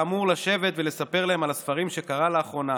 הוא היה אמור לשבת ולספר להם על הספרים שקרא לאחרונה,